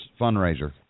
fundraiser